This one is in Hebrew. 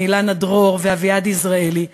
אילנה דרור ואביעד יזרעאלי,